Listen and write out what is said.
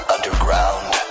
Underground